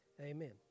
Amen